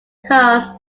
because